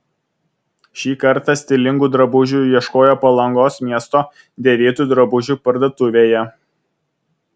šį kartą stilingų drabužių ieškojo palangos miesto dėvėtų drabužių parduotuvėje